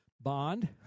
bond